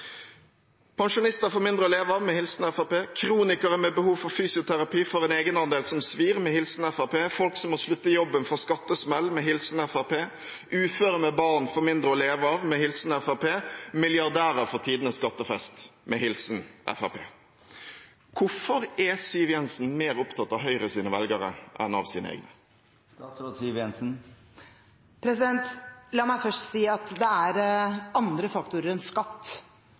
Pensjonister får mindre å leve av, med hilsen Fremskrittspartiet. Kronikere med behov for fysioterapi får en egenandel som svir, med hilsen Fremskrittspartiet. Folk som må slutte i jobben, får skattesmell, med hilsen Fremskrittspartiet. Uføre med barn får mindre å leve av, med hilsen Fremskrittspartiet. Milliardærer får tidenes skattefest, med hilsen Fremskrittspartiet. Hvorfor er Siv Jensen mer opptatt av Høyres velgere enn av sine egne? La meg først si at det er andre faktorer enn skatt